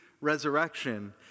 resurrection